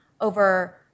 over